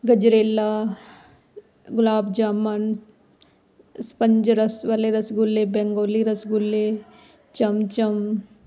ਗਜਰੇਲਾ ਗੁਲਾਬ ਜਾਮਨ ਸਪੰਜਰਸ ਵਾਲੇ ਰਸਗੁੱਲੇ ਬੈਗੋਲੀ ਰਸਗੁੱਲੇ ਚਮ ਚਮ